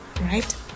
right